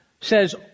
says